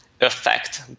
affect